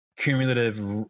cumulative